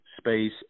space